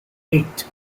eight